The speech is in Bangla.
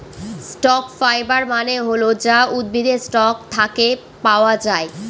স্টক ফাইবার মানে হল যা উদ্ভিদের স্টক থাকে পাওয়া যায়